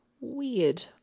weird